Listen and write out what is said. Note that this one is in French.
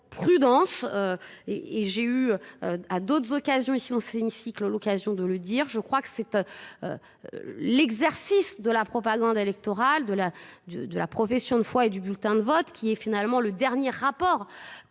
j'ai eu à d'autres occasions ici dans ce semicycle l'occasion de le dire je crois que c'est l'exercice de la propagande électorale de la de la profession de foi et du bulletin de vote qui est finalement le dernier rapport